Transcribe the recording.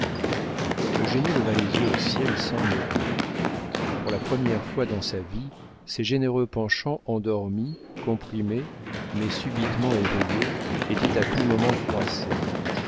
suffira eugénie leva les yeux au ciel sans mot dire pour la première fois dans sa vie ses généreux penchants endormis comprimés mais subitement éveillés étaient à tout moment froissés